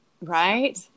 right